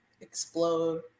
explode